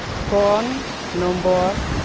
phone number